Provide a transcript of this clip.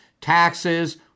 taxes